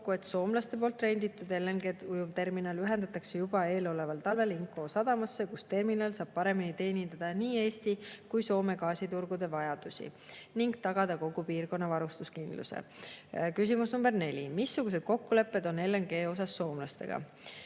et soomlaste renditud LNG-ujuvterminal ühendatakse juba eeloleval talvel Inkoo sadamaga, kus terminal saab paremini teenindada nii Eesti kui ka Soome gaasiturgude vajadusi ning tagada kogu piirkonna varustuskindluse. Küsimus number neli: "Missugused kokkulepped on LNG osas soomlastega?"